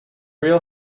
real